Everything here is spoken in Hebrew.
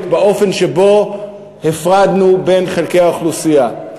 באופן שבו הפרדנו בין חלקי האוכלוסייה.